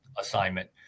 assignment